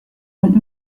und